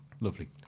lovely